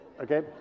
okay